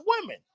women